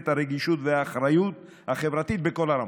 חברי הכנסת, חבר הכנסת מיכאל מלכיאלי.